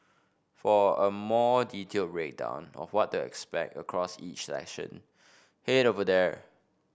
for a more detailed breakdown of what to expect across each session head over here